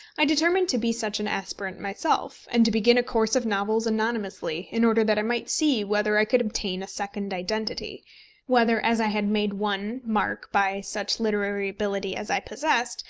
i determined to be such an aspirant myself, and to begin a course of novels anonymously, in order that i might see whether i could obtain a second identity whether as i had made one mark by such literary ability as i possessed,